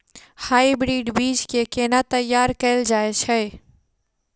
Hybrid बीज केँ केना तैयार कैल जाय छै?